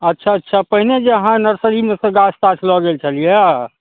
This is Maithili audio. अच्छा अच्छा पहिने जे अहाँ नर्सरीमेसँ गाछ ताछ लऽ गेल छलियै यऽ